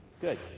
Good